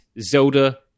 Zelda